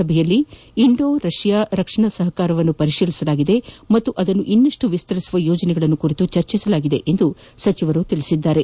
ಸಭೆಯಲ್ಲಿ ಇಂಡೋ ರಷ್ಯಾದ ರಕ್ಷಣಾ ಸಹಕಾರವನ್ನು ಪರಿಶೀಲಿಸಲಾಗಿದೆ ಮತ್ತು ಅದನ್ನು ಇನ್ನಷ್ಟು ವಿಸ್ತರಿಸುವ ಯೋಜನೆಗಳನ್ನು ಚರ್ಚಿಸಲಾಗಿದೆ ಎಂದು ಅವರು ಹೇಳಿದ್ದಾರೆ